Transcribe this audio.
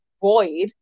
void